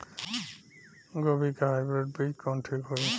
गोभी के हाईब्रिड बीज कवन ठीक होई?